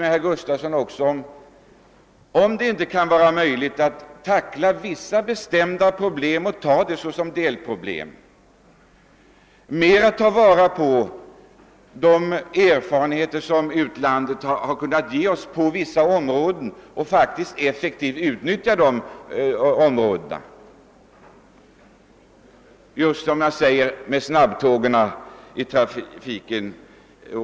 med herr Gustafson i Göteborg, om :det inte vore möjligt att särbehandla vissa delproblem på detta område. Därvid borde vi ta vara på de erfarenheter som finns i utlandet, där. man på vissa avsnitt faktiskt kommit fram till. effektiva lösningar. Vi måste enligt min.